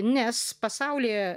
nes pasaulyje